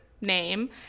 name